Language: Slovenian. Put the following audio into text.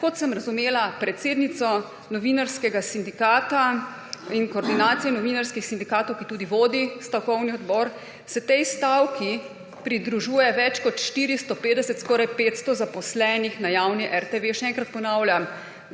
kot sem razumela predsednico novinarskega sindikata in koordinacije novinarskih sindikatov, ki tudi vodi stavkovni odbor, se tej stavki pridružuje več kot 450, skoraj 500 zaposlenih na javni RTV. Še enkrat ponavljam,